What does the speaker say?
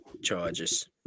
charges